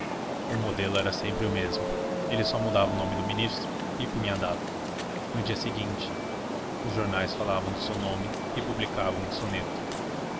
o modelo era sempre o mesmo ele só mudava o nome do ministro e punha a data no dia seguinte os jornais falavam do seu nome e publicavam o soneto